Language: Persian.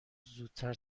زودتر